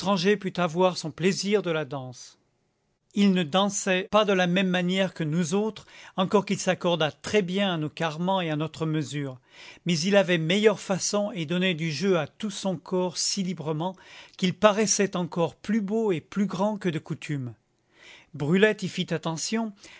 pût avoir son plaisir de la danse il ne dansait pas de la même manière que nous autres encore qu'il s'accordât très-bien à nos carrements et à notre mesure mais il avait meilleure façon et donnait du jeu à tout son corps si librement qu'il paraissait encore plus beau et plus grand que de coutume brulette y fit attention